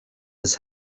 his